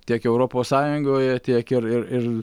tiek europos sąjungoje tiek ir ir ir